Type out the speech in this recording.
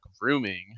grooming